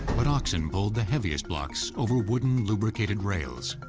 but oxen pulled the heaviest blocks over wooden, lubricated rails.